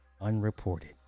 Unreported